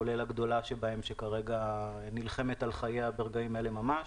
כולל הגדולה שבהן שנלחמת על חייה ברגעים אלה ממש.